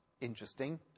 interesting